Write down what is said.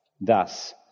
Thus